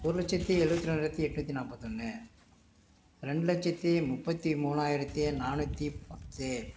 ஒரு லட்சத்தி எழுபத்தி ரெண்டாயிரத்தி எண்நூத்தி நாற்பத்தி ஒன்று ரெண்டு லட்சத்தி முப்பத்தி மூணாயிரத்தி நாநூற்றி பத்து